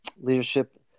leadership